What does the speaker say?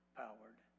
powered